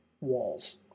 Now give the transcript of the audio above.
walls